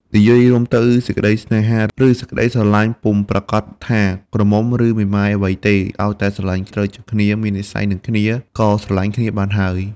និយាយរួមទៅ សេចក្ដីស្នេហា ឬសេចក្ដីស្រលាញ់ពុំប្រាកដថា ក្រមុំឫមេម៉ាយអ្វីទេ ឲ្យតែស្រលាញ់ ត្រូវចិត្តគ្នា មាននិស្ស័យនឹងគ្នា ក៏ស្រលាញ់គ្នាបានហើយ ។